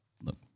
Look